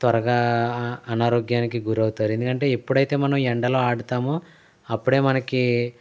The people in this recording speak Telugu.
త్వరగా అనారోగ్యానికి గురవుతారు ఎందుకంటే ఎప్పుడైతే మనం ఎండలో ఆడతామో అప్పుడే మనకి